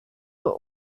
were